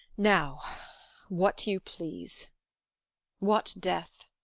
now what you please what death?